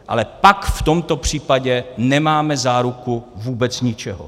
Ale pak v tomto případě nemáme záruku vůbec ničeho.